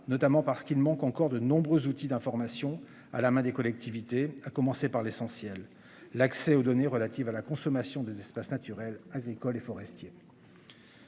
notamment parce qu'il manque encore de nombreux outils d'information à la main des collectivités, à commencer par l'essentiel, l'accès aux données relatives à la consommation des espaces naturels agricoles et forestiers.